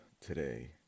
today